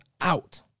out